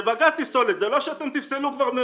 שבג"ץ יפסול את זה, לא שאתם כבר תפסלו מראש.